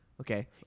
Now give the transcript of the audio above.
Okay